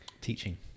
teaching